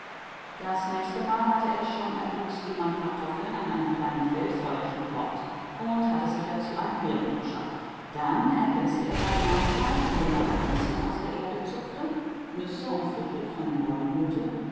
das nächste mal hatte er schon erluchst wie man kartoffeln an einem kleinen feldfeuerchen kocht und hatte sich dazu einen hering verschafft dann ergänzte er seine mahlzeit indem er radieschen aus der erde zupfte nüsse und früchte von den bäumen holte